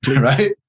right